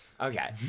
Okay